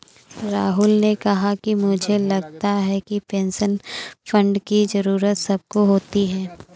राहुल ने कहा कि मुझे लगता है कि पेंशन फण्ड की जरूरत सबको होती है